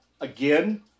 Again